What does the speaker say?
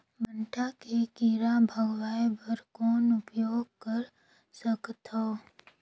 भांटा के कीरा भगाय बर कौन उपाय कर सकथव?